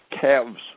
calves